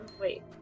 wait